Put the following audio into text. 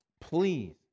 Please